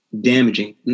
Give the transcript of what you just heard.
damaging